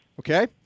Okay